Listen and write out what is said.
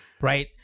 Right